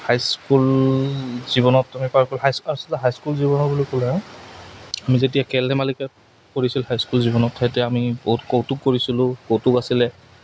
high school জীৱনত আমি পাৰ আচলতে হাইস্কুল জীৱন বুলি ক'লে আমি যেতিয়া খেল ধেমালিকে কৰিছিলোঁ হাইস্কুল জীৱনত তেতিয়া আমি বহুত কৌতুক কৰিছিলোঁ কৌতুক আছিলে